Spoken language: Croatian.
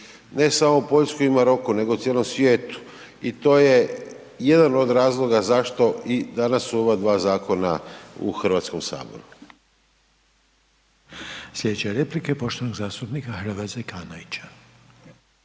ne samo Poljskoj i Maroku, nego cijelom svijetu i to je jedan od razloga zašto su i danas u ova dva zakona u HS.